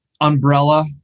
umbrella